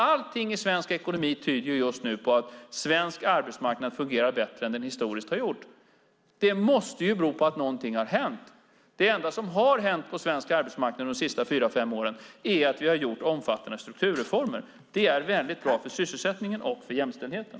Allting i svensk ekonomi tyder just nu på att svensk arbetsmarknad fungerar bättre än den historiskt har gjort. Det måste ju bero på att någonting har hänt. Det enda som har hänt på svensk arbetsmarknad de senaste fyra fem åren är att vi har gjort omfattande strukturreformer. Det är väldigt bra för sysselsättningen och för jämställdheten.